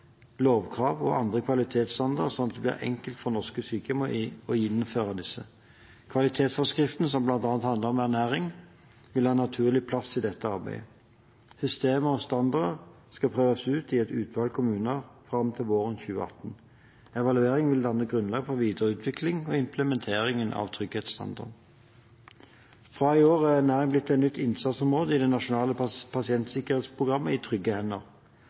lovkrav og andre kvalitetsstandarder slik at det blir enkelt for norske sykehjem å innføre dem. Kvalitetsforskriften, som bl.a. handler om ernæring, vil ha en naturlig plass i dette arbeidet. Systemet og standarden skal prøves ut i et utvalg kommuner fram til våren 2018. Evalueringen vil danne grunnlag for videre utvikling og implementering av trygghetsstandarden. Fra i år er ernæring blitt et nytt innsatsområde i det nasjonale pasientsikkerhetsprogrammet, I trygge hender.